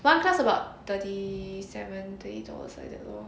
one class about thirty seven twenty dollars like that lor